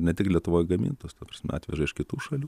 ne tik lietuvoj gamintos ta prasme atveža iš kitų šalių